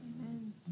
amen